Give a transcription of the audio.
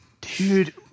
Dude